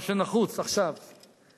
מה שנחוץ עכשיו הוא